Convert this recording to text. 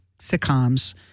sitcoms